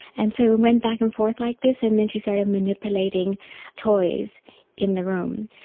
and so we went back and forth like this, and then she started manipulating toys in the room.